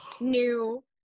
new